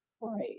Right